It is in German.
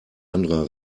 anderer